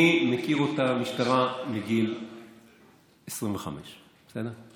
אני מכיר את המשטרה מגיל 25, בסדר?